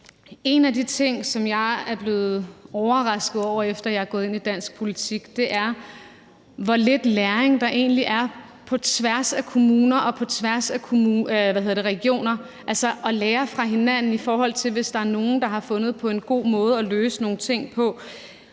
En af de ting, som jeg er blevet overrasket over, efter jeg er gået ind i dansk politik, er, hvor lidt læring der egentlig er på tværs af kommuner og på tværs af regioner, altså at lære fra hinanden, i forhold til hvis der er nogen, der har fundet på en god måde at løse nogle ting på.